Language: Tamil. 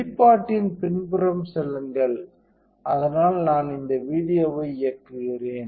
வெளிப்பாட்டின் பின்புறம் செல்லுங்கள் அதனால் நான் இந்த வீடியோவை இயக்குகிறேன்